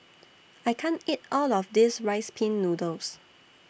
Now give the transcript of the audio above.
I can't eat All of This Rice Pin Noodles